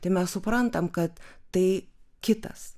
tai mes suprantam kad tai kitas